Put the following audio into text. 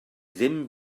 ddim